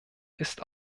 ist